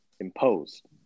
imposed